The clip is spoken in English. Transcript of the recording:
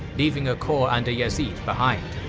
leaving a corps under yazeed behind.